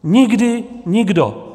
Nikdy nikdo.